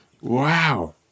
Wow